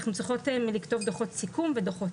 אנחנו צריכות לכתוב דוחות סיכום ודוחות